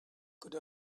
could